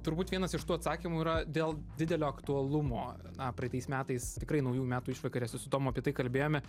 turbūt vienas iš tų atsakymų yra dėl didelio aktualumo na praeitais metais tikrai naujųjų metų išvakarėse su tomu apie tai kalbėjome